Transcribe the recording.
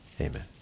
amen